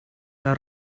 mae